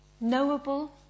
Knowable